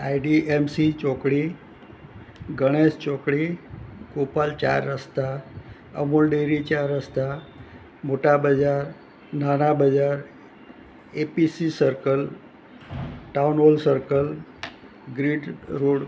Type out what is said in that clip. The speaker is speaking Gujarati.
આઈડીએમસી ચોકડી ગણેશ ચોકડી ગોપાલ ચાર રસ્તા અમૂલ ડેરી ચાર રસ્તા મોટા બજાર નાના બજાર APC circle town hall circle ગ્રીટ રોડ